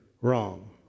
wrong